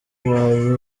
ubaye